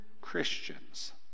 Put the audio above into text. Christians